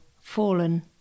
fallen